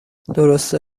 درسته